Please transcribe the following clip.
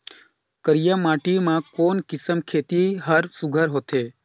करिया माटी मा कोन किसम खेती हर सुघ्घर होथे?